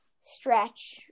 stretch